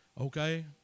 Okay